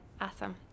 awesome